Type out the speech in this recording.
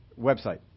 website